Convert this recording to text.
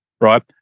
right